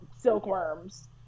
silkworms